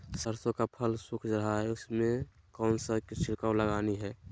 सरसो का फल सुख रहा है उसमें कौन सा छिड़काव लगानी है?